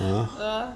!huh!